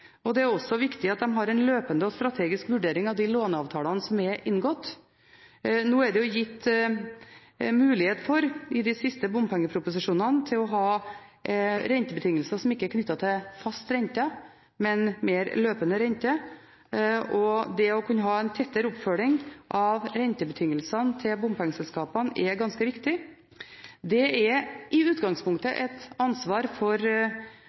viktig. Det er også viktig at de har en løpende og strategisk vurdering av de låneavtalene som er inngått. Nå er det jo i de siste bompengeproposisjonene gitt mulighet til å ha rentebetingelser som ikke er knyttet til fast rente, men mer løpende rente. Det å kunne ha en tettere oppfølging av rentebetingelsene til bompengeselskapene er ganske viktig. Det er i utgangspunktet et ansvar for